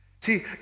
See